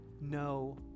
no